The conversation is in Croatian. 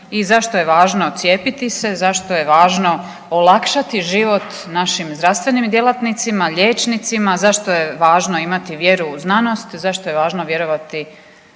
i zašto je važno cijepiti se, zašto je važno olakšati život našim zdravstvenim djelatnicima, liječnicima, zašto je važno imati vjeru u znanost, zašto je važno vjerovati